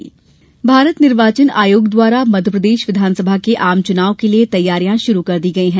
निर्वाचन आयोग भारत निर्वाचन आयोग द्वारा मध्यप्रदेश विघानसभा के आमचुनाव के लिये तैयारियां शुरू कर दी गयी है